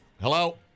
Hello